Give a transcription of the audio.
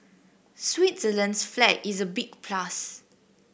Switzerland's flag is a big plus